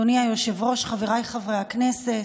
אדוני היושב-ראש, חבריי חברי הכנסת,